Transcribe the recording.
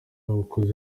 ukoze